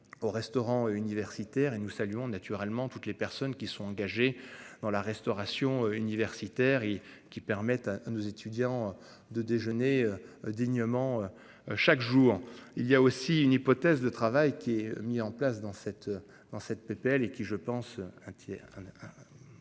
Au restaurant universitaire et nous saluons naturellement toutes les personnes qui sont engagés dans la restauration universitaire et qui permettent à nos étudiants de déjeuner dignement. Chaque jour il y a aussi une hypothèse de travail qui est mis en place dans cette, dans cette PPL et qui je pense